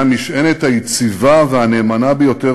זכויות הרוב לעומת החובה להגן על המיעוט ולאפשר לו ייצוג הוגן.